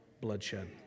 bloodshed